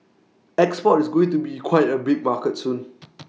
export is going to be quite A big market soon